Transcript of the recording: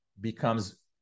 becomes